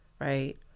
right